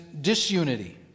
disunity